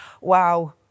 wow